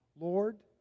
Lord